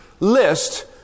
list